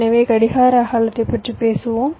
எனவே கடிகார அகலத்தைப் பற்றி பேசுவோம்